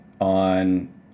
on